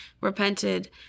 repented